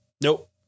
Nope